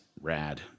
Rad